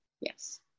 Yes